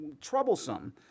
troublesome